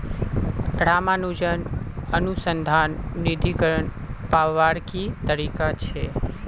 रामानुजन अनुसंधान निधीकरण पावार की तरीका छे